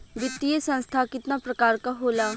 वित्तीय संस्था कितना प्रकार क होला?